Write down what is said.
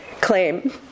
claim